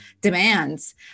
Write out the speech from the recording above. demands